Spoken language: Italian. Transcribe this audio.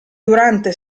durante